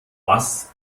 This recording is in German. was